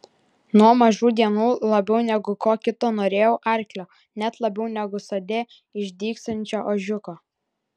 nuo mažų dienų labiau negu ko kito norėjau arklio net labiau negu sode išdygsiančio ožiuko